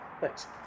thanks